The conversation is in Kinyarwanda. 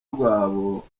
rwabo